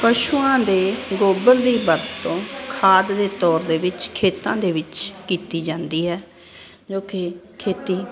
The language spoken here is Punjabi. ਪਸ਼ੂਆਂ ਦੇ ਗੋਬਰ ਦੀ ਵਰਤੋਂ ਖਾਦ ਦੇ ਤੌਰ ਦੇ ਵਿੱਚ ਖੇਤਾਂ ਦੇ ਵਿੱਚ ਕੀਤੀ ਜਾਂਦੀ ਹੈ ਜੋ ਕਿ ਖੇਤੀ